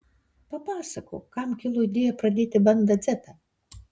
papasakok kam kilo idėja pradėti banda dzetą